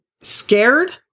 scared